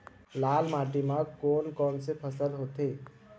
लाल माटी म कोन कौन से फसल होथे?